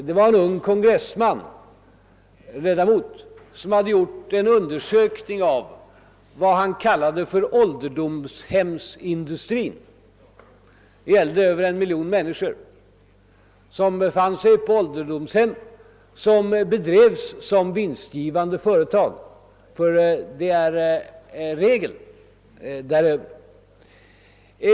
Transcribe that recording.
Det var en ung kongressledamot som hade gjort en undersökning av vad han kallade ålderdomshemsindustrin. Det gällde över en miljon människor, som befann sig på ålderdomshem, vilka bedrevs som vinstgivande företag — det är regel där över.